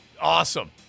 awesome